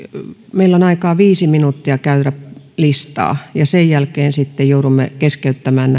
meillä on aikaa viisi minuuttia käydä listaa ja sen jälkeen sitten joudumme keskeyttämään